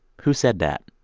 who said that?